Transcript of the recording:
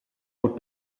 would